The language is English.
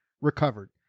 recovered